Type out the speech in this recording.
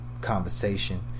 Conversation